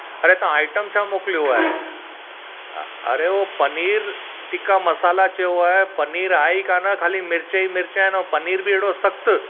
अरे तव्हां आइटम छा मोकिलियो आहे अरे उहो पनीर टिक्का मसाला चयो आहे पनीर आहे ई कान खाली मिर्च ई मिर्च आहिनि ऐं पनीर बि हेड़ो सख़्तु